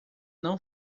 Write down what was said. não